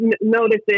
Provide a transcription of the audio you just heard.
notices